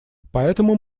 поэтому